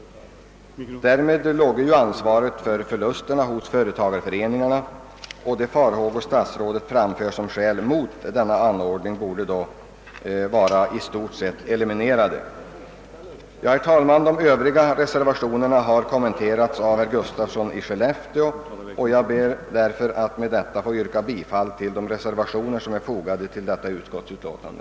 Därmed låge ju ansvaret för förlusterna hos företagareföreningarna, och de farhågor statsrådet framför som skäl mot denna anordming borde då vara i stort sett eliminerade. Herr talman! De övriga reservationerna har kommenterats av herr Gustafsson i Skellefteå, och jag ber därför att med detta få yrka bifall till de reservationer som är fogade till detta utskottsutlåtande.